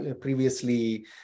previously